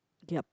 ya